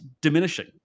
diminishing